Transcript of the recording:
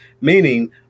Meaning